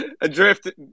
Adrift